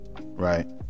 right